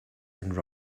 and